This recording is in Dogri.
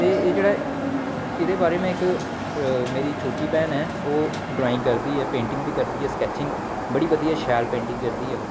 ते एह् जेह्ड़ा एह् दे बारे में इक मेरी छोटी भैन ऐ ओह् ड्राइंग करदी ऐ पेंटिंग बी करदी ऐ स्कैचिंग बड़ी बधिया शैल पेंटिंग करदी ऐ ओह्